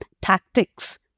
tactics